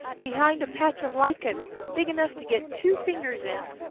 behind a patch of lichen big enough to get two fingers in.